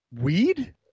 Weed